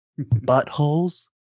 Buttholes